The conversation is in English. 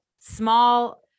small